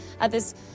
Others